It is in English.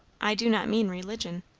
i do not mean religion.